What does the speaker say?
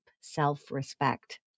self-respect